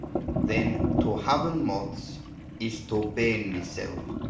then to haven moths is to been myself.